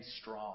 strong